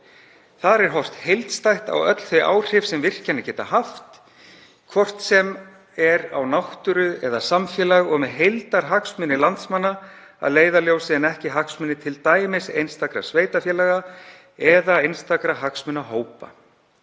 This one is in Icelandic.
Þar er horft heildstætt á öll þau áhrif sem virkjanir geta haft, hvort sem er á náttúru eða samfélag, og með heildarhagsmuni landsmanna að leiðarljósi en ekki hagsmuni t.d. einstakra sveitarfélaga eða einstakra hagsmunahópa.